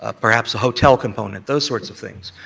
ah perhaps a hotel component, those sorts of things.